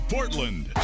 Portland